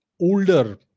older